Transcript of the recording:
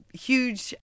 huge